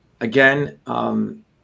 again